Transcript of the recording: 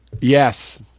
Yes